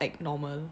like normal